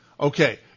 okay